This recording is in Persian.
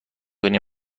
کنی